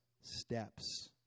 steps